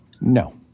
no